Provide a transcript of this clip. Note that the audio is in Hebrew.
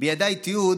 בידיי תיעוד,